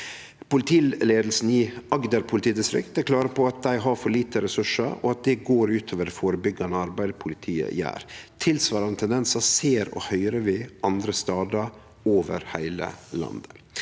Politileiinga i Agder politidistrikt er klare på at dei har for lite ressursar, og at det går ut over det førebyggjande arbeidet politiet gjer. Tilsvarande tendensar ser og høyrer vi andre stader over heile landet.